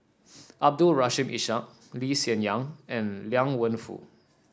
Abdul Rahim Ishak Lee Hsien Yang and Liang Wenfu